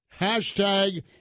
hashtag